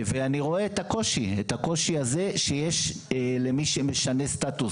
ואני רואה את הקושי הזה שיש למי שמשנה סטטוס